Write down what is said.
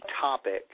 topic